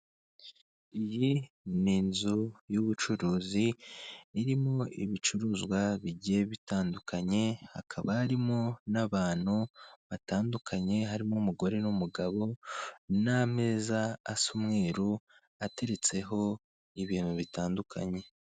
Iyi ni inzu y'ubucuruzi irimo ibicuruzwa bigiye bitandukanye hakaba harimo n'abantu batandukanye harimo umugore n'umugabo n'ameza asa umweru ateretseho ibintu bitandukanye.